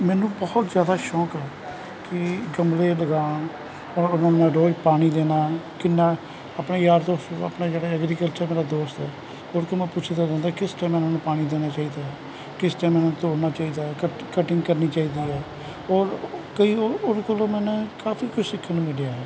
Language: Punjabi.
ਮੈਨੂੰ ਬਹੁਤ ਜ਼ਿਆਦਾ ਮੈਨੂੰ ਬਹੁਤ ਜ਼ਿਆਦਾ ਸ਼ੌਂਕ ਹੈ ਕੀ ਗਮਲੇ ਲਗਾਉਣ ਔਰ ਉਹਨਾਂ ਨੂੰ ਮੈਂ ਰੋਜ਼ ਪਾਣੀ ਦੇਣਾ ਕਿੰਨਾ ਆਪਣੇ ਯਾਰ ਦੋਸਤ ਜਿਹੜੇ ਐਗ੍ਰਿਕਲਚਰ ਮੇਰਾ ਦੋਸਤ ਹੈ ਉਹਦੇ ਕੋਲ ਮੈਂ ਪੁੱਛਦਾ ਰਹੰਦਾ ਕਿਸ ਟਾਇਮ ਉਹਨਾਂ ਨੂੰ ਪਾਣੀ ਦੇਣਾ ਚਾਹੀਦਾ ਹੈ ਕਿਸ ਟਾਇਮ ਉਹਨਾਂ ਨੂੰ ਤੋੜਨਾ ਚਾਹੀਦਾ ਹੈ ਕੱਟਿੰਗ ਕਰਨੀ ਚਾਹੀਦੀ ਹੈ ਔਰ ਕਈ ਉਹਦੇ ਕੋਲੋਂ ਮੈਨੇ ਕਾਫੀ ਕੁਛ ਸਿੱਖਣ ਨੂੰ ਮਿਲਿਆ ਹੈ